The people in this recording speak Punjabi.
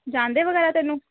ਜਾਣਦੇ ਵਗੈਰਾ ਤੈਨੂੰ